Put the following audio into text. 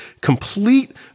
complete